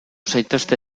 zaitezte